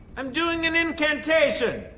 i'm doing an incantation.